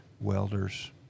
welders